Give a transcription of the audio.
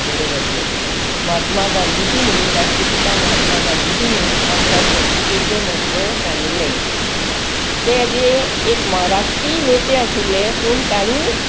बरो जातलो महात्मा गांधाजीनी राष्ट्रपिता महात्मा गांधाजीनी आमकां स्वच्छतेचें म्हत्व सांगिल्लें ते जें एक म राष्ट्रीय नेते आशिल्ले म्हण तांणी